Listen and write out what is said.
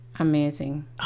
Amazing